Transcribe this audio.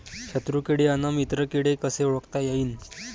शत्रु किडे अन मित्र किडे कसे ओळखता येईन?